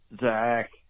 Zach